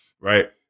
Right